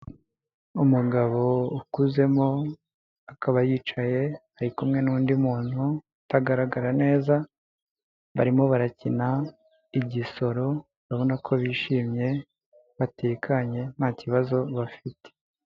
Umugabo ukuzemo, akaba yicaye ari kumwe n'undi muntu utagaragara neza, barimo barakina igisoro, urabona ko bishimye, batekanye, nta kibazo bafite.